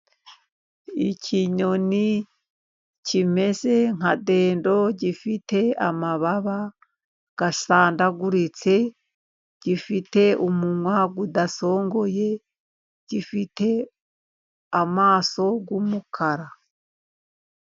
Ikinyoni kimeze nka ndendo gifite amababa asandaguritse, gifite umunwa udasongoye, gifite amaso y'umukara.